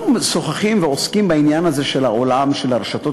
אנחנו משוחחים ועוסקים בעניין הזה של עולם הרשתות